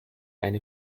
eine